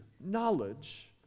knowledge